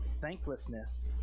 Thanklessness